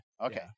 Okay